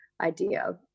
idea